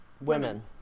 Women